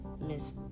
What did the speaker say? Miss